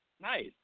Nice